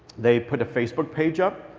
they put a facebook page up.